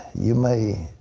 you may